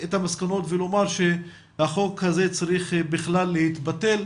את המסקנות ואומר שהחוק הזה צריך בכלל להתבטל,